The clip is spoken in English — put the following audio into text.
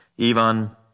Ivan